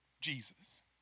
Jesus